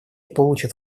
получат